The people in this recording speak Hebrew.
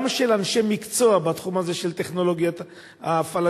גם של אנשי מקצוע בתחום הזה של טכנולוגיית ההפעלה